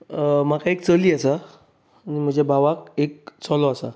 म्हाका एक चली आसा म्हज्या भावाक एक चलो आसा